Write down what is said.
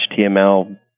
HTML